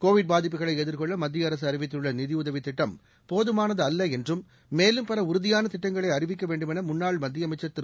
Covid பாதிப்புகளை எதிர்கொள்ள மத்திய அரசு அறிவித்துள்ள நிதியுதவி திட்டம் போதுமானது அல்ல என்றும் மேலும் பல உறுதியான திட்டங்களை அறிவிக்க வேண்டுமென முன்னாள் மத்திய அமைச்சா் திரு